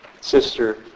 sister